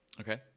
okay